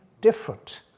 different